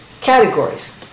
categories